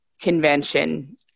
convention